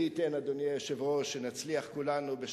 מייד הם היו מגיעים,